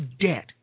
debt